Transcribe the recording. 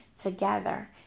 together